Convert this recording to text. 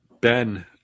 Ben